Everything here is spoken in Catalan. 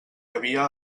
havia